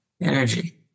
energy